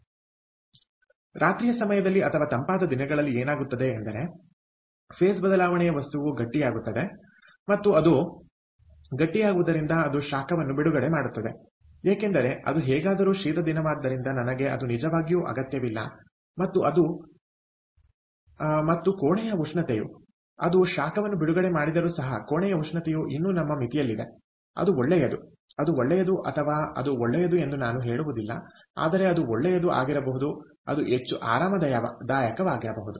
ಆದ್ದರಿಂದ ರಾತ್ರಿಯ ಸಮಯದಲ್ಲಿ ಅಥವಾ ತಂಪಾದ ದಿನಗಳಲ್ಲಿ ಏನಾಗುತ್ತದೆ ಎಂದರೆ ಫೇಸ್ ಬದಲಾವಣೆಯ ವಸ್ತುವು ಗಟ್ಟಿಯಾಗುತ್ತದೆ ಮತ್ತು ಅದು ಗಟ್ಟಿಯಾಗುವುದರಿಂದ ಅದು ಶಾಖವನ್ನು ಬಿಡುಗಡೆ ಮಾಡುತ್ತದೆ ಏಕೆಂದರೆ ಅದು ಹೇಗಾದರೂ ಶೀತ ದಿನವಾದ್ದರಿಂದ ನನಗೆ ಅದು ನಿಜವಾಗಿಯೂ ಅಗತ್ಯವಿಲ್ಲ ಮತ್ತು ಅದು ಮತ್ತು ಕೋಣೆಯ ಉಷ್ಣತೆಯು ಅದು ಶಾಖವನ್ನು ಬಿಡುಗಡೆ ಮಾಡಿದರೂ ಸಹ ಕೋಣೆಯ ಉಷ್ಣತೆಯು ಇನ್ನೂ ನಮ್ಮ ಮಿತಿಯಲ್ಲಿದೆ ಅದು ಒಳ್ಳೆಯದು ಅದು ಒಳ್ಳೆಯದು ಅಥವಾ ಅದು ಒಳ್ಳೆಯದು ಎಂದು ನಾನು ಹೇಳುವುದಿಲ್ಲ ಆದರೆ ಅದು ಒಳ್ಳೆಯದು ಆಗಿರಬಹುದು ಅದು ಹೆಚ್ಚು ಆರಾಮದಾಯಕವಾಗಬಹುದು